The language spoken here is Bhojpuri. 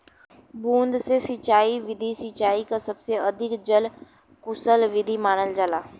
बूंद से सिंचाई विधि सिंचाई क सबसे अधिक जल कुसल विधि मानल जाला